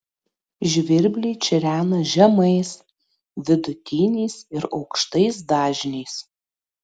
žvirbliai čirena žemais vidutiniais ir aukštais dažniais